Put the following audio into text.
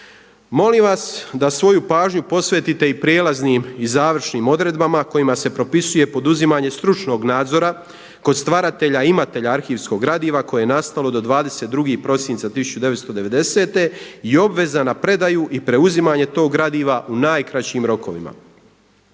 Molim vas da svoju pažnju posvetite i prijelaznim i završnim odredbama kojima se propisuje poduzimanje stručnog nadzora kod stvaratelja imatelja arhivskog gradiva koje je nastalo do 22. prosinca 1990. i obveza na predaju i preuzimanje tog gradiva u najkraćim rokovima.